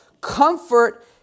comfort